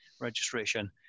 registration